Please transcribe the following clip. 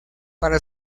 para